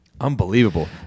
Unbelievable